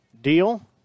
Deal